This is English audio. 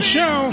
Show